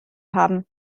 haben